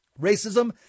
racism